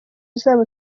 uzaba